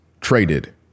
traded